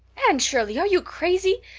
anne shirley are you crazy?